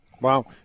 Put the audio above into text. Wow